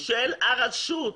של רשות האוכלוסין,